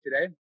today